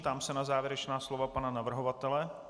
Ptám se na závěrečná slova pana navrhovatele.